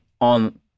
on